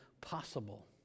possible